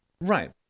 Right